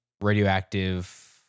radioactive